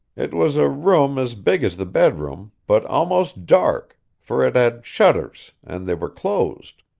it was a room as big as the bedroom, but almost dark, for it had shutters, and they were closed.